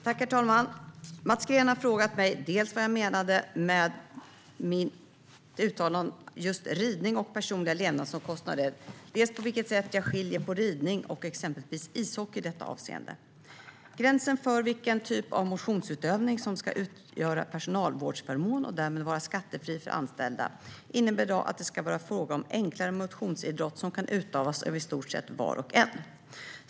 Herr talman! Mats Green har frågat mig dels vad jag menade med mitt uttalande om just ridning och "personliga levnadsomkostnader", dels på vilket sätt jag skiljer på ridning och exempelvis ishockey i detta avseende. Gränsen för vilken typ av motionsutövning som ska utgöra personalvårdsförmån och därmed vara skattefri för anställda innebär i dag att det ska vara fråga om enklare motionsidrott som kan utövas av i stort sett var och en.